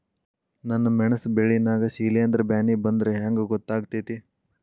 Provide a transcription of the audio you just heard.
ನನ್ ಮೆಣಸ್ ಬೆಳಿ ನಾಗ ಶಿಲೇಂಧ್ರ ಬ್ಯಾನಿ ಬಂದ್ರ ಹೆಂಗ್ ಗೋತಾಗ್ತೆತಿ?